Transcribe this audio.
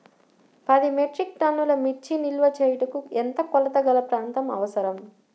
పది మెట్రిక్ టన్నుల మిర్చి నిల్వ చేయుటకు ఎంత కోలతగల ప్రాంతం అవసరం?